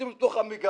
שים אותו בתוך המגירה,